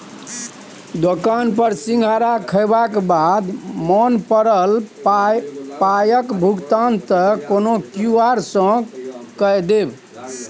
दोकान पर सिंघाड़ा खेलाक बाद मोन पड़ल पायक भुगतान त कोनो क्यु.आर सँ कए देब